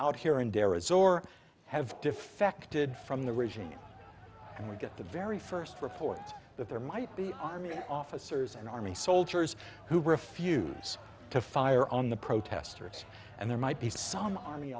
out here and there is or have defected from the regime and we get the very first reports that there might be i mean officers and army soldiers who refuse to fire on the protesters and there might be some army